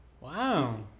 Wow